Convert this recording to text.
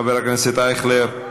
חבר הכנסת אייכלר,